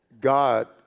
God